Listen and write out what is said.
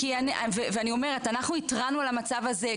ואנחנו התרענו על המצב הזה,